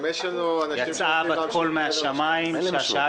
גם יש לנו אנשים --- יצאה בת קול מהשמיים שהשעה